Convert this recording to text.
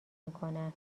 میکنن